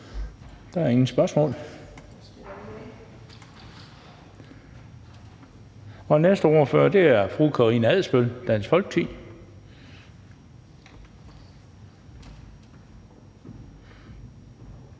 Der er ingen spørgsmål. Næste ordfører er fru Karina Adsbøl fra Dansk Folkeparti.